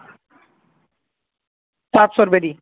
सत्त सौ रपेऽ दी